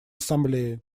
ассамблее